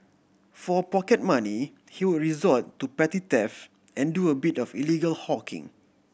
for pocket money he would resort to petty theft and do a bit of illegal hawking